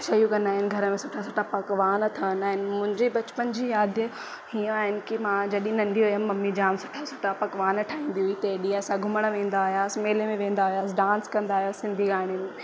शयूं कंदा आहिनि घर में सुठा सुठा पकवान ठहंदा आहिनि मुंहिंजे बचपन जी यादियूं हींअ आहिनि की मां जॾहिं नंढी हुयमि मम्मी जाम सुठा सुठा पकवान ठाहींदी हुई तंहिं ॾींह असां घुमण वेंदा हुयासि मेले में वेंदा हुयासि डांस कंदा हुयासि सिंधी गानन